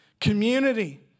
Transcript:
Community